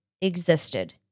existed